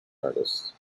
artist